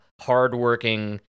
hardworking